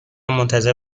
منتظر